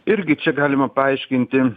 irgi čia galima paaiškinti